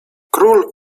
król